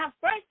first